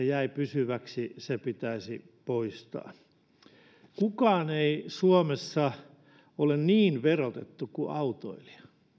jäi pysyväksi pitäisi poistaa kukaan ei suomessa ole niin verotettu kuin autoilija